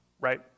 right